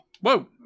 whoa